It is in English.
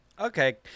Okay